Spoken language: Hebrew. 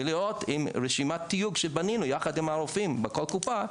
ולראות את רשימת התיוג שבנינו יחד עם הרופאים בכל קופה,